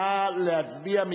נא להצביע.